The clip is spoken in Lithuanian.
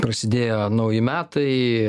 prasidėjo nauji metai